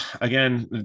again